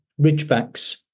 Ridgebacks